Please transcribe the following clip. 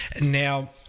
Now